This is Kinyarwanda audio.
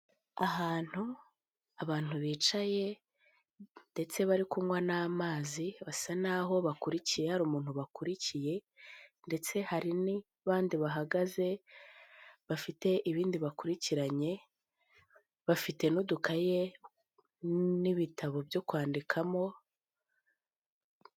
Ahantu abantu bicaye ndetse bari kunywa n'amazi basa naho bakurikiye, hari umuntu bakurikiye ndetse hari n'abandi bahagaze bafite ibindi bakurikiranye, bafite n'udukaye n'ibitabo byo kwandikamo.